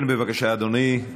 כן, בבקשה, אדוני.